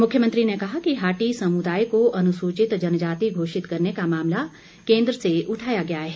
मुख्यमंत्री ने कहा कि हाटी समुदाय को अनुसूचित जनजाति घोषित करने का मामला केंद्र से उठाया गया है